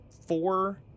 four